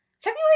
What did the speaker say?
February